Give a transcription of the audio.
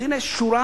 אז הנה שורה,